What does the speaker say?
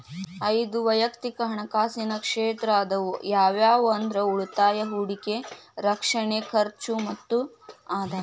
ಐದ್ ವಯಕ್ತಿಕ್ ಹಣಕಾಸಿನ ಕ್ಷೇತ್ರ ಅದಾವ ಯಾವ್ಯಾವ ಅಂದ್ರ ಉಳಿತಾಯ ಹೂಡಿಕೆ ರಕ್ಷಣೆ ಖರ್ಚು ಮತ್ತ ಆದಾಯ